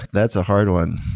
that's a hard one.